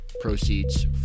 proceeds